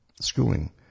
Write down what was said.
schooling